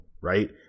right